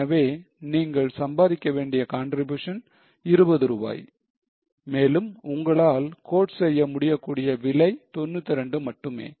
எனவே நீங்கள் சம்பாதிக்க வேண்டிய contribution 20 ரூபாய் மேலும் உங்களால் quote செய்ய முடியக்கூடிய விலை 92 மட்டுமே